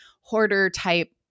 hoarder-type